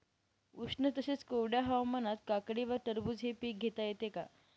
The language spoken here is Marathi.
उष्ण तसेच कोरड्या हवामानात काकडी व टरबूज हे पीक घेता येते का?